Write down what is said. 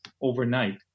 overnight